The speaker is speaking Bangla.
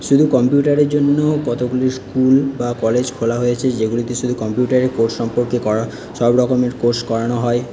শুধু কম্পিউটারের জন্য কতগুলি স্কুল বা কলেজ খোলা হয়েছে যেগুলিতে শুধু কম্পিউটারের কোর্স সম্পর্কে করা সব রকমের কোর্স করানো হয়